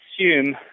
assume